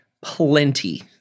plenty